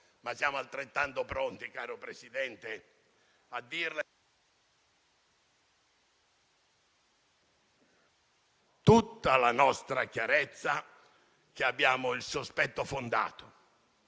Ma siamo altrettanto pronti, caro Presidente, a dirle con tutta la nostra chiarezza che abbiamo il sospetto fondato,